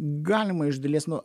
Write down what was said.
galima iš dalies nu